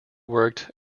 worked